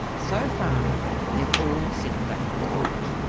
so far though they've all settled out of court.